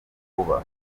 vuba